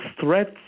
threats